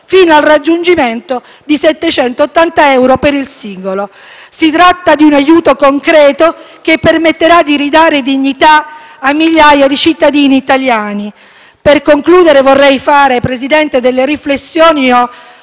fino al raggiungimento di 780 euro per il singolo. Si tratta di un aiuto concreto che permetterà di ridare dignità a migliaia di cittadini italiani. Per concludere vorrei fare, signor Presidente, delle riflessioni.